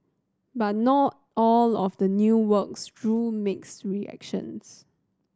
but not all of the new works drew mixed reactions